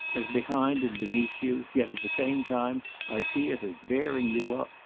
as behind and beneath you yet at the same time i see it as bearing you up.